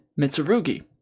Mitsurugi